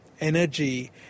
energy